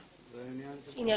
כחברה,